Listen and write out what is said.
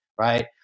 right